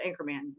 Anchorman